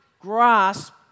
grasp